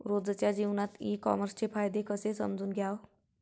रोजच्या जीवनात ई कामर्सचे फायदे कसे समजून घ्याव?